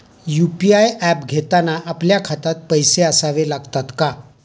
UPI app घेताना आपल्या खात्यात पैसे असावे लागतात का?